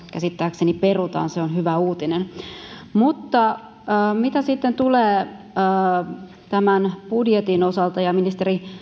käsittääkseni perutaan se on hyvä uutinen mitä tulee tämän budjetin osalta ja ministeri